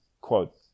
Quote